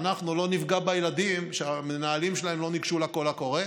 ואנחנו לא נפגע בילדים שהמנהלים שלהם לא ניגשו לקול הקורא,